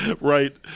Right